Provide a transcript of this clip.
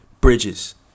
bridges